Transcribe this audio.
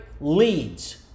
leads